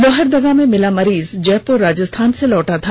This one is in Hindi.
लोहरदगा में मिला मरीज जयपुर राजस्थान से लौटा था